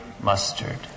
mustard